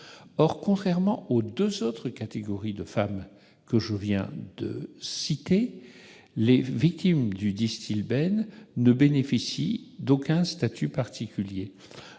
Or, contrairement aux deux autres catégories de femmes que je viens de citer, les victimes du Distilbène ne bénéficient d'aucun statut particulier.